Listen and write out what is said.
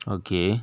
okay